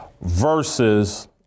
versus